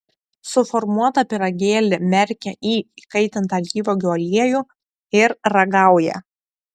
suformuotą pyragėlį merkia į įkaitintą alyvuogių aliejų ir ragauja